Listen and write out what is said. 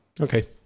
Okay